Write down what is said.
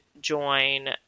join